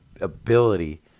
ability